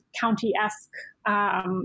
county-esque